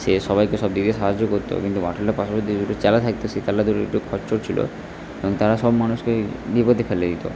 সে সবাইকে সব দিকে সাহায্য করতো কিন্তু বাঁটুলের পাশে যে দুটো চ্যালা থাকতো সে চ্যালা দুটো একটু খচ্চর ছিলো এবং তারা সব মানুষকে বিপদে ফেলে দিতো